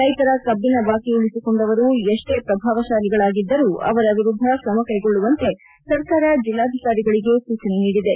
ರೈತರ ಕಬ್ಬಿನ ಬಾಕಿ ಉಳಿಸಿಕೊಂಡವರು ಎಷ್ಟೇ ಪ್ರಭಾವಶಾಲಿಗಳಾಗಿದ್ದರೂ ಅವರ ವಿರುದ್ದ ಕ್ರಮ ಕೈಗೊಳ್ಳುವಂತೆ ಸರ್ಕಾರ ಜಿಲ್ಲಾಧಿಕಾರಿಗಳಿಗೆ ಸೂಚನೆ ನೀಡಿದೆ